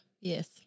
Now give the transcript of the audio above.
yes